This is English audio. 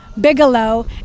Bigelow